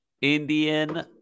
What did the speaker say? Indian